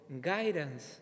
guidance